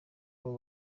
abo